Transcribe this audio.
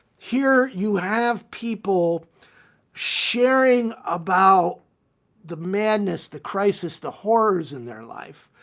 here you and have people sharing about the madness, the crisis, the horrors in their life,